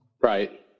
Right